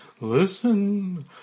Listen